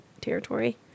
territory